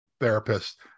therapist